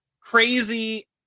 crazy